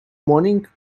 morning